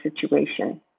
situation